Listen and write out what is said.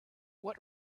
what